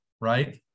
right